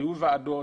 היו ועדות